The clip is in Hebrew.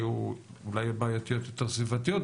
היו אולי בעייתיות יותר סביבתיות,